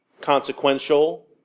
consequential